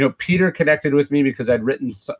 so peter connected with me because i had written, so